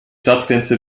stadtgrenze